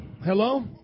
Hello